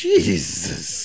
Jesus